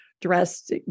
dressed